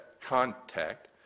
contact